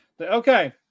okay